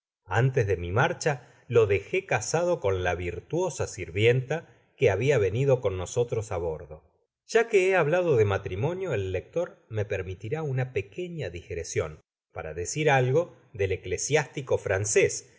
antes de mi marcha lo dejé casado con la tsrtuosa sirvienta que habia venido cou nosotros á bordo ya que he hablado de matrimonio el lector me permitirá una pequeña digresion para decir algo del eclesiástico francés